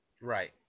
right